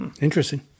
Interesting